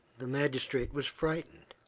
the magistrate was frightened.